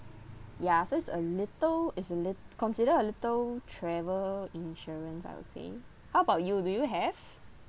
ya so it's a little it's lit~ considered a little travel insurance I would say how about you do you have